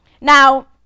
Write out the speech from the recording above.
Now